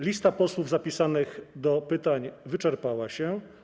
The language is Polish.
Lista posłów zapisanych do pytań wyczerpała się.